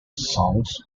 songs